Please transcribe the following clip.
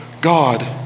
God